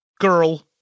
girl